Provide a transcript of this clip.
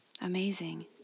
Amazing